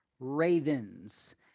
ravens